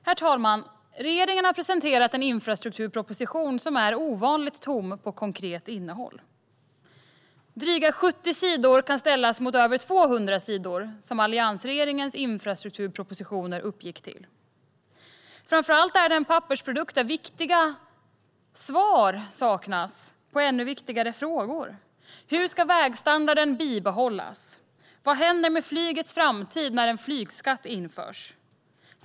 Herr talman! Regeringen har presenterat en infrastrukturproposition som är ovanligt tom på konkret innehåll. Dess dryga 70 sidor kan ställas mot de över 200 sidor som alliansregeringens infrastrukturpropositioner uppgick till. Framför allt är det en pappersprodukt där svar på viktiga frågor saknas. Hur ska vägstandarden bibehållas? Vad händer med flygets framtid när en flygskatt införs?